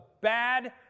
bad